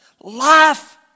life